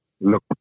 look